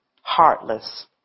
heartless